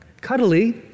cuddly